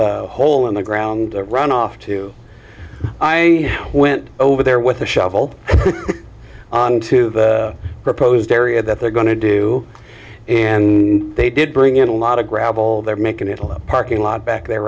hole in the ground run off to i went over there with a shovel on to the proposed area that they're going to do and they did bring in a lot of gravel there making it all the parking lot back there